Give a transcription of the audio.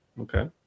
Okay